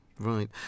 Right